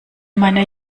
meiner